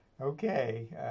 Okay